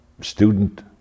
student